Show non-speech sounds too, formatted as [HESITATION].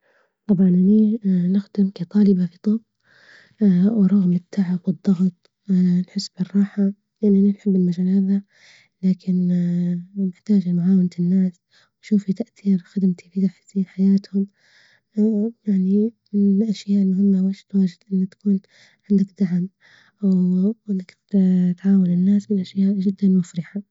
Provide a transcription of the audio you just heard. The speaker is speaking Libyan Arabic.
طبعا أني نخدم كطالبة في طب ورغم التعب والضغط نحس بالراحة لأني أنا نحب المجال هذا لكن [HESITATION] نحتاج معاونة الناس وأشوف تأثير خدمتي في تحسين حياتهم و [HESITATION] يعني الأشياء المهمة واجد واجد إن تكون عندك دعم وإنك ت تعاون الناس من الأشياء جدا مفرحة.